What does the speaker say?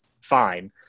fine